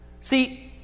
See